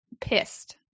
pissed